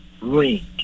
ring